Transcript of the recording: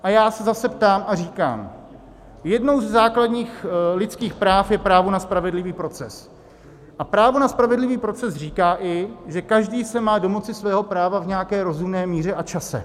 A já se zase ptám a říkám: Jedním ze základních lidských práv je právo na spravedlivý proces a právo na spravedlivý proces říká i, že každý se má domoci svého práva v nějaké rozumné míře a čase.